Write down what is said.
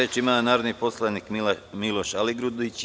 Reč ima narodni poslanik Miloš Aligrudić.